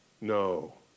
No